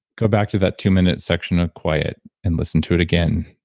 go back to that two minute section of quiet and listen to it again.